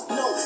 no